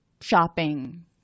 shopping